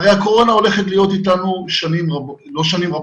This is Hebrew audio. הרי הקורונה הולכת להיות אתנו שנה בוודאי,